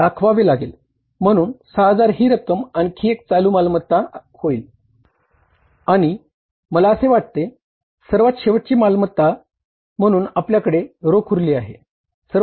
आणि मला असे वाटते सर्वात शेवटची चालू मालमत्ता घेतले